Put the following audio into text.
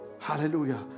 hallelujah